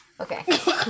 okay